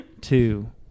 two